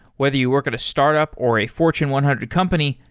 whether you work at a startup or a fortune one hundred company,